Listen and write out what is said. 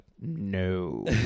no